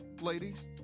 ladies